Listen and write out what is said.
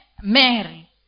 Mary